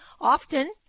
often –